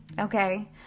okay